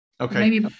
Okay